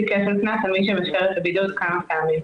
כפל קנס על מי שמפר את הבידוד כמה פעמים.